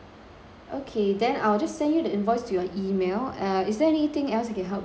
okay then I will just send you the invoice to your email uh is there anything else I can help you with